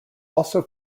also